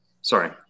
sorry